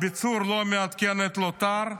ביצור לא מעדכן את לוט"ר,